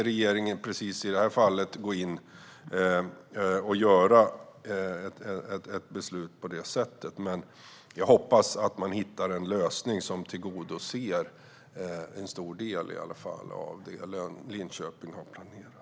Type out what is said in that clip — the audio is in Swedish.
Regeringen kan inte heller gå in och fatta ett sådant beslut, men jag hoppas att man hittar en lösning som tillgodoser en stor del av det som Linköping har planerat.